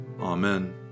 Amen